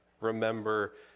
remember